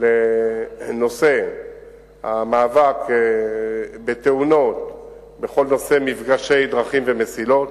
לנושא המאבק בתאונות בכל נושא מפגשי דרכים ומסילות,